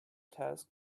task